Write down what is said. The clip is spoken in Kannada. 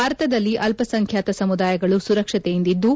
ಭಾರತದಲ್ಲಿ ಅಲ್ಲಸಂಖ್ಯಾತ ಸಮುದಾಯಗಳು ಸುರಕ್ಷಿತೆಯಿಂದಿದ್ದು